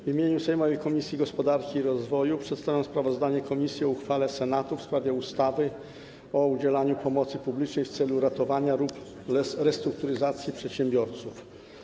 W imieniu sejmowej Komisji Gospodarki i Rozwoju przedstawiam sprawozdanie komisji o uchwale Senatu w sprawie ustawy o udzielaniu pomocy publicznej w celu ratowania lub restrukturyzacji przedsiębiorców.